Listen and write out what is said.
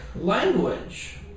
language